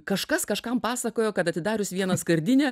kažkas kažkam pasakojo kad atidarius vieną skardinę